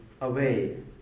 away